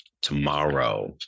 tomorrow